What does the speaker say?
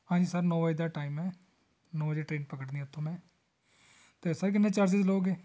ਹਾਂਜੀ ਸਰ ਨੌ ਵਜੇ ਦਾ ਟਾਈਮ ਹੈ ਨੌ ਵਜੇ ਟ੍ਰੇਨ ਪਕੜਣੀ ਹੈ ਉੱਥੋਂ ਮੈਂ ਅਤੇ ਸਰ ਕਿੰਨੇ ਚਾਰਜਿਸ ਲਓਗੇ